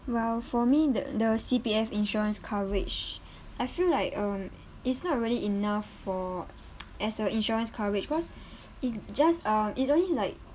well for me the the C_P_F insurance coverage I feel like um it's not really enough for as a insurance coverage cause it just um it only like